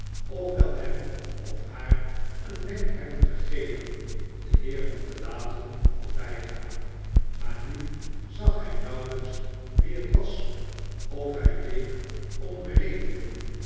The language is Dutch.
wel hem of haar een wenk hebben gegeven de heeren te laten voorbijgaan maar nu zag hij nauwelijks wie het was of hij week om redenen